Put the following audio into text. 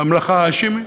בממלכה ההאשמית?